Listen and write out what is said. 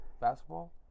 basketball